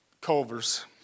Culver's